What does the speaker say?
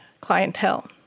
clientele